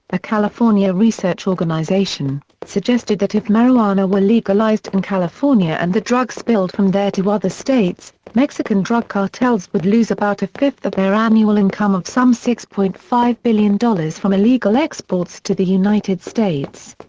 a california research organization, suggested that if marijuana were legalized in california and the drug spilled from there to other states, mexican drug cartels would lose about a fifth of their annual income of some six point five billion dollars from illegal exports to the united states.